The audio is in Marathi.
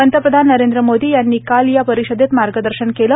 पंतप्रधान नरेंद्र मोदी यांनी काल या परिषदेत मार्गदर्शन केलं